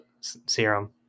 serum